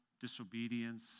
disobedience